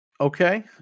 okay